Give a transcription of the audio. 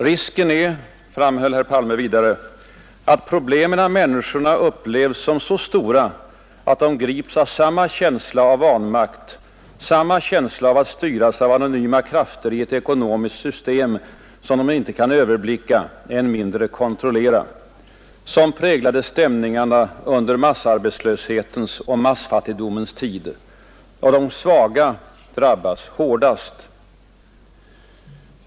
Risken är — framhöll han vidare — ”att problemen av människorna upplevs som så stora, att de grips av samma känsla av vanmakt, samma känsla av att styras av anonyma krafter i ett ekonomiskt system, som de inte kan överblicka, än mindre kontrollera, som präglade stämningarna under massarbetslöshetens och massfattigdomens tid. Och de svaga drabbas hårdast”.